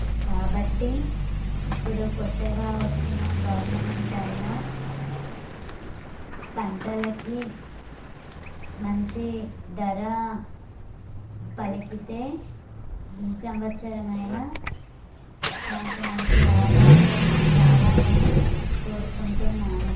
కాబట్టి ఇప్పుడు కొత్తగా వచ్చిన గవర్నమెంట్ అయినా పంటలకి మంచి ధరా పలికితే ఈ సంవత్సరం అయినా మాకు మంచి లాభాలు రావాలని కోరుకుంటున్నాను